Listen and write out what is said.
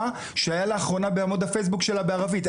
שהיה לאחרונה בעמוד הפייסבוק שלה בערבית.